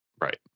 Right